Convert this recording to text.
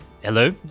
Hello